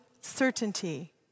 certainty